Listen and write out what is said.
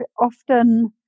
often